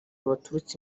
baturutse